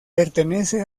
pertenece